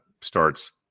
starts